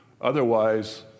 Otherwise